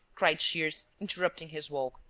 cried shears, interrupting his walk.